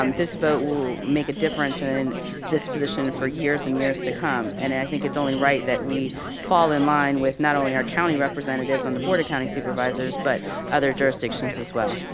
um this vote will make a difference in this position for years and years to come. and i think it's only right that we fall in line with not only our county representatives on the board of county supervisors, but other jurisdictions as well.